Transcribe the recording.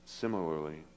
Similarly